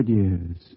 years